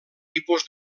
tipus